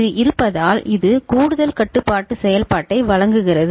இது இருப்பதால் இது கூடுதல் கட்டுப்பாட்டு செயல்பாட்டை வழங்குகிறது